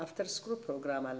after school program i